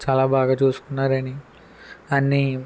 చాలా బాగా చూసుకున్నారని అన్ని